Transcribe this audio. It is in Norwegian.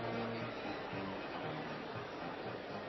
Vi har